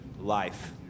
life